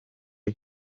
aho